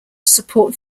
support